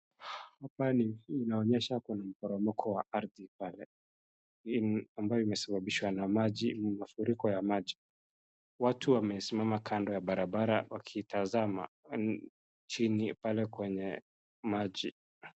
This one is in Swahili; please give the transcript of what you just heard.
Hapa inaonyesha ni mporomoko wa ardhi pale ambayo imesababishwa na maji na mafuriko ya maji. Watu wamesimama kando ya barabara wakitazama chini pale kwenye maji.